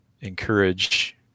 encourage